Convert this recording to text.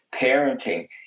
parenting